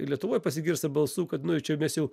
ir lietuvoj pasigirsta balsų kad nu jau čia mes jau